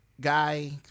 guy